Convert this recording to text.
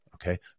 Okay